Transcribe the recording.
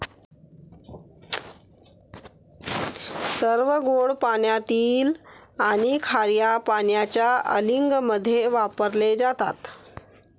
सर्व गोड पाण्यातील आणि खार्या पाण्याच्या अँलिंगमध्ये वापरले जातात